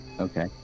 Okay